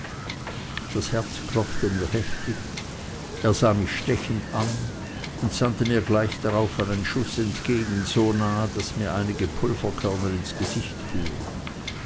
das herz klopfte mir heftig er sah mich stechend an und sandte mir gleich darauf einen schloß entgegen so nah daß mir einige pulverkörner ins gesicht fuhren